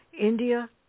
India